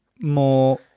more